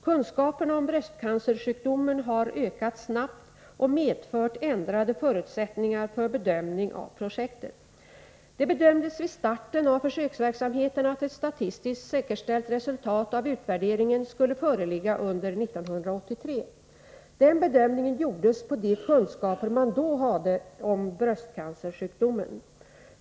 Kunskaperna om bröstcancersjukdomen har ökat snabbt och medfört ändrade förutsättningar för bedömning av projektet. Det bedömdes vid starten av försöksverksamheten att ett statistiskt säkerställt resultat av utvärderingen skulle föreligga under 1983. Den bedömningen gjordes på de kunskaper man då hade om bröstcancersjukdomen.